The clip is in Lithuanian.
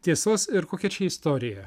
tiesos ir kokia čia istorija